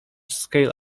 scale